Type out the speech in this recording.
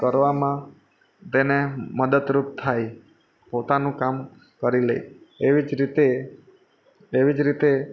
કરવામાં તેને મદદરૂપ થાય પોતાનું કામ કરી લે એવી જ રીતે એવી જ રીતે